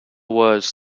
words